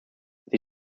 sie